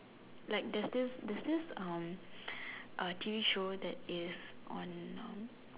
like there's this there's this um a T_V show that is on um